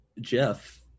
jeff